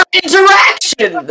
interaction